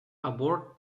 aboard